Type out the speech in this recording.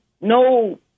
no